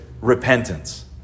repentance